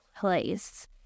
place